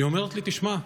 והיא אומרת לי: תשמע,